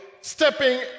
stepping